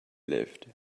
lived